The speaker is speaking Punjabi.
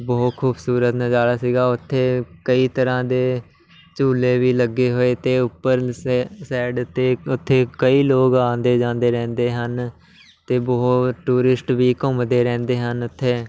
ਬਹੁਤ ਖੂਬਸੂਰਤ ਨਜ਼ਾਰਾ ਸੀਗਾ ਉੱਥੇ ਕਈ ਤਰ੍ਹਾਂ ਦੇ ਝੂਲੇ ਵੀ ਲੱਗੇ ਹੋਏ ਤੇ ਉੱਪਰ ਲ ਸ ਸਾਈਡ ਉੱਤੇ ਉੱਥੇ ਕਈ ਲੋਕ ਆਉਂਦੇ ਜਾਂਦੇ ਰਹਿੰਦੇ ਹਨ ਅਤੇ ਬਹੁਤ ਟੂਰਿਸਟ ਵੀ ਘੁੰਮਦੇ ਰਹਿੰਦੇ ਹਨ ਉੱਥੇ